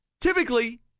typically